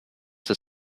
this